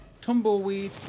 tumbleweed